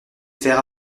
faire